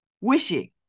wishing